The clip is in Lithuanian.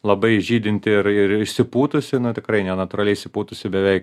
labai žydinti ir ir išsipūtusi na tikrai nenatūraliai išsipūtusi beveik